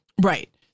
Right